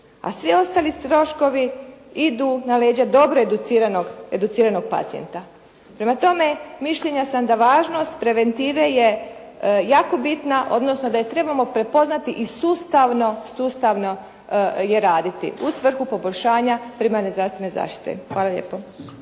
a svi ostali troškovi idu na leđa dobro educiranog pacijenta. Prema tome mišljenja sam da važnost preventive je jako bitna, odnosno da je trebamo prepoznati i sustavno je raditi u svrhu poboljšanja primarne zdravstvene zaštite. Hvala lijepo.